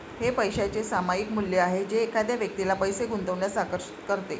हे पैशाचे सामायिक मूल्य आहे जे एखाद्या व्यक्तीला पैसे गुंतवण्यास आकर्षित करते